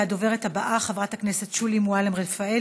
הדוברת הבאה היא חברת הכנסת שולי מועלם-רפאלי,